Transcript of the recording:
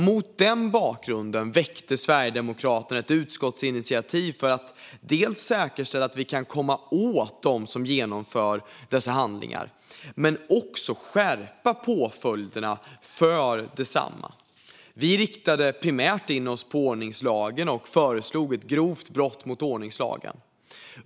Mot denna bakgrund väckte Sverigedemokraterna ett utskottsinitiativ för att dels säkerställa att vi kan komma åt dem som genomför dessa handlingar, dels skärpa påföljderna för desamma. Vi riktade primärt in oss på ordningslagen och föreslog ett grovt brott mot ordningslagen.